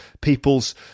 people's